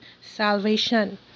salvation